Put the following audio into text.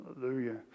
Hallelujah